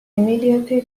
immediately